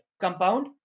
compound